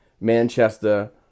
Manchester